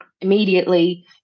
immediately